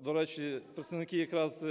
до речі, представники якраз